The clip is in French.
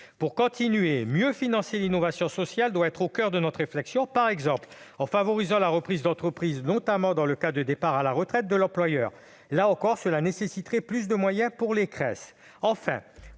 Au-delà, mieux financer l'innovation sociale doit être au coeur de notre réflexion. Nous pourrions par exemple envisager de favoriser la reprise d'entreprise, notamment dans le cas de départ à la retraite de l'employeur. Là encore, cela nécessiterait plus de moyens pour les Cress.